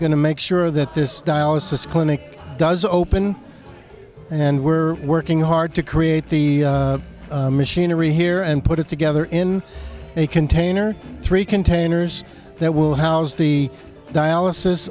going to make sure that this dialysis clinic does open and we're working hard to create the machinery here and put it together in a container three containers that will house the dialysis